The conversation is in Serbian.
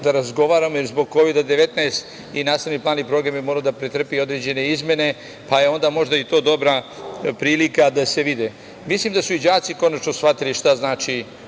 da razgovaramo, jer zbog Kovida 19 i nastavni plani program je morao da pretrpi određene izmene, pa je onda možda i to dobra prilika da se vide. Mislim da su i đaci konačno shvatili šta znači